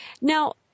Now